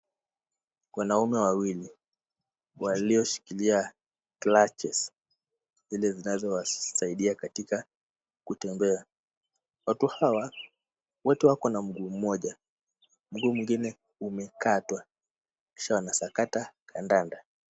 Wanaume wawili walioshikilia crutches zile zinazowasaidia katika kutembea. Watu hawa wote wako na mguu mmoja, mguu mwingine umekatwa kisha wanasakata kandanda.